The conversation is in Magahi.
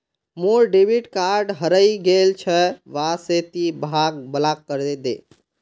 मोर डेबिट कार्ड हरइ गेल छ वा से ति वहाक ब्लॉक करे दे